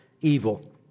evil